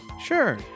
Sure